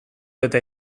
eta